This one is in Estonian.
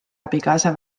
abikaasa